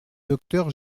docteur